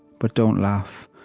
but don't laugh.